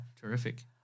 Terrific